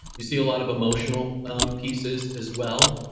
you see a lot of emotional um pieces as well,